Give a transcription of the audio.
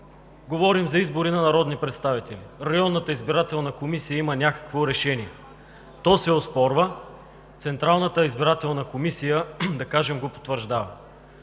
Говорим за избори на народни представители. Районната избирателна комисия има някакво решение. То се оспорва, но, да кажем, че Централната избирателна комисия го потвърждава.